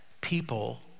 people